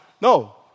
No